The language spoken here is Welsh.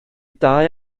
dau